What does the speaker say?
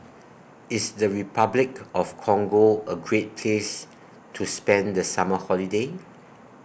IS The Repuclic of Congo A Great Place to spend The Summer Holiday